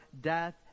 death